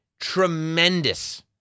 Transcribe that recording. tremendous